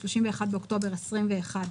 31 באוקטובר 2021,